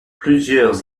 plusieurs